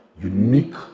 unique